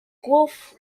guelph